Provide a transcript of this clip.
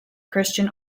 christian